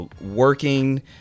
working